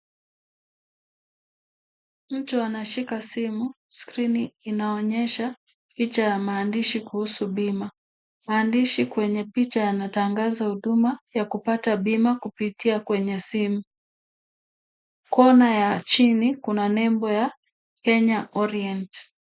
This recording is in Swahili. Mtu anashika simu skrini, inaonyesha picha ya maandishi kuhusu bima, maaandishi kwenye picha yanatangaza huduma ya kupata bima kupitia kwenye simu, kona ya chini kuna nembo ya Kenya Orient.